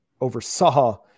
oversaw